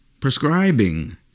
prescribing